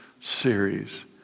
series